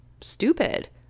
stupid